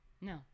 no